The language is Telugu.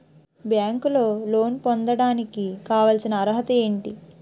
బ్యాంకులో లోన్ పొందడానికి కావాల్సిన అర్హత ఏంటి?